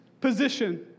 position